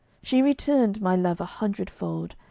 she returned my love a hundred-fold,